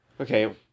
Okay